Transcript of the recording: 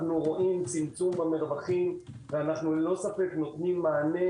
אנו רואים צמצום במרווחים ואנו ללא ספק נותנים מענה,